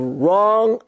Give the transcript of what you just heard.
wrong